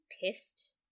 pissed